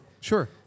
Sure